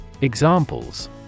Examples